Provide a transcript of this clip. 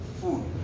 food